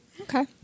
Okay